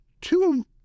two